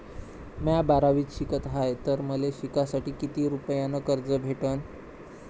म्या बारावीत शिकत हाय तर मले शिकासाठी किती रुपयान कर्ज भेटन?